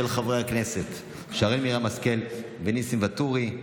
של חברי הכנסת שרן מרים השכל וניסים ואטורי.